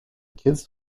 kids